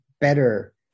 better